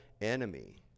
enemy